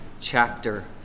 chapter